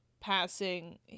passing